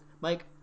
Mike